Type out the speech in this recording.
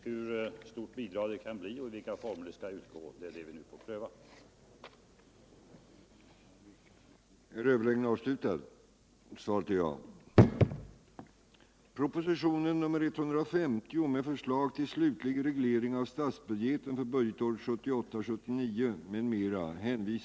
Hur stort bidrag det kan bli och i vilka former det kan utgå är de frågor som vi nu får